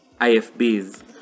IFBs